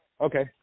Okay